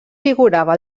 figurava